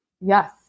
Yes